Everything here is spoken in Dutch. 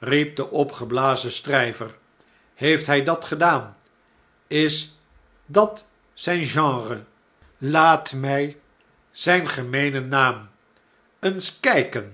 riep de opgeblazen stryver heeft hy dat gedaan is dat zijn genre laat m i zjjn gemeenen naam eens kjjken